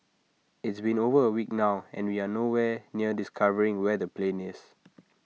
it's been over A week now and we are no where near discovering where the plane is